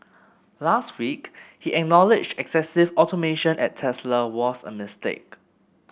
last week he acknowledged excessive automation at Tesla was a mistake